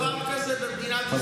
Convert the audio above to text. אתה שמעת דבר כזה במדינת ישראל?